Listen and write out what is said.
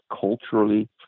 culturally